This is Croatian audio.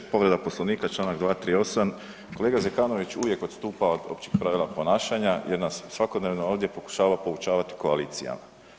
Povreda Poslovnika čl. 238. kolega Zekanović uvijek odstupa od općih pravila ponašanja jer na svakodnevno ovdje pokušava poučavati koalicijama.